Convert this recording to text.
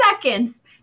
seconds